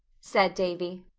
said davy,